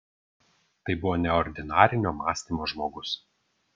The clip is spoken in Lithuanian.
tai buvo neordinarinio mąstymo žmogus